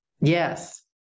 Yes